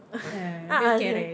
dia kerek